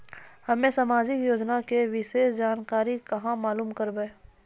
हम्मे समाजिक योजना के विशेष जानकारी कहाँ मालूम करबै?